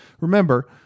Remember